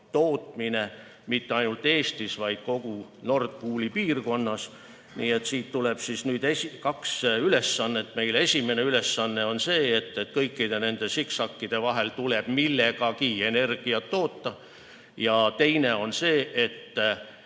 tootmine mitte ainult Eestis, vaid kogu Nord Pooli piirkonnas. Siit tuleb meile kaks ülesannet. Esimene ülesanne on see, et kõikide nende siksakkide vahel tuleb millegagi energiat toota, ja teine on see, et